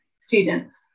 students